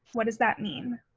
what does that mean?